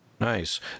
Nice